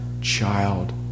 child